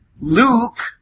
Luke